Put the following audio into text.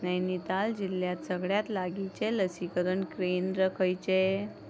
नैनीताल जिल्ल्यांत सगळ्यांत लागींचें लसीकरण केंद्र खंयचे